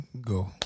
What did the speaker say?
go